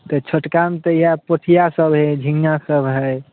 तऽ छोटकामे तऽ इएह पोठिआ सब हइ झीँगासब हइ